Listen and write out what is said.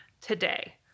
today